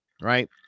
right